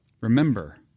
Remember